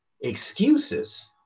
excuses